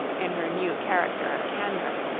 in her new character of candour,